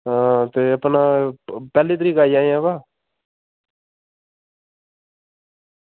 ते कन्नै पैह्ली तरीक आई जायो बाऽ